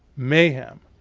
mayhem,